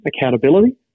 accountability